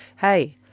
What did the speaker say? hey